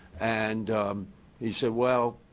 and he said, well,